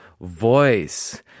voice